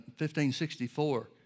1564